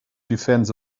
defense